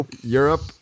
Europe